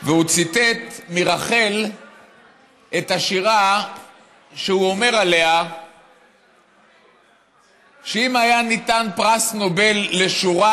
והוא ציטט מרחל את השורה שהוא אומר עליה שאם היה ניתן פרס נובל לשורה,